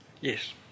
Yes